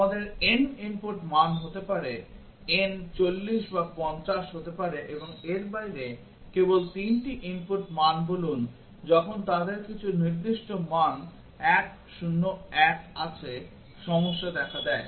আমাদের n input মান হতে পারে n 40 বা 50 হতে পারে এবং এর বাইরে কেবল 3টি input মান বলুন যখন তাদের কিছু নির্দিষ্ট মান 1 0 1 আছে সমস্যা দেখা দেয়